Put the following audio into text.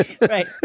Right